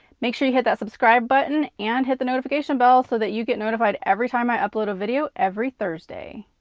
make sure you hit that subscribe button and hit the notification bell so that you get notified every time i upload a video every thursday.